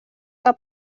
que